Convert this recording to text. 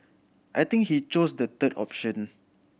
I think he chose the third option